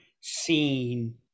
seen